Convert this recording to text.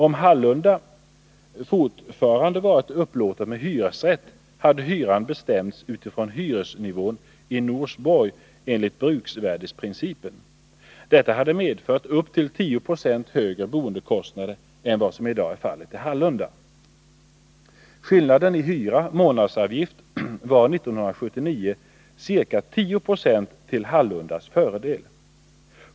Om Hallunda fortfarande varit upplåtet med hyresrätt, hade hyran bestämts utifrån hyresnivån i Norsborg enligt bruksvärdesprincipen. Detta hade medfört upp till 10 26 högre boendekostnader i Hallunda än vad som i dag är fallet. Skillnaden i hyra resp. månadsavgift var 1979 ca 10 26 till Hallundas fördel.